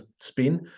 spin